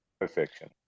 Perfection